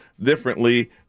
differently